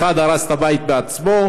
אחד הרס את הבית בעצמו,